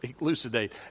elucidate